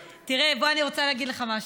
תראה, בוא, אני רוצה להגיד לך משהו.